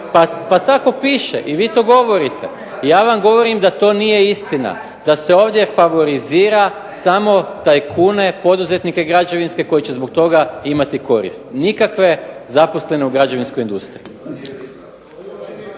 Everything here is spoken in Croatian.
pa tako piše i vi to govorite i ja vam govorim da to nije istina, da se ovdje favorizira samo poduzetnike građevinske, tajkune koji će zbog toga imati koristi nikakve zaposlene u građevinskoj industriji.